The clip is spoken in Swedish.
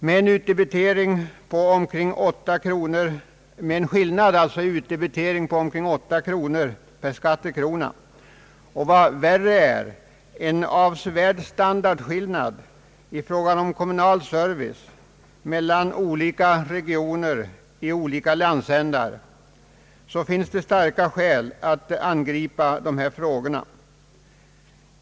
Med en skillnad i utdebitering på omkring åtta kronor per skattekrona och, vad värre är, en avsevärd standardskillnad i fråga om kommunal service mellan olika regioner i olika landsändar finns det starka skäl att angripa dessa frågor.